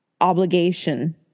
obligation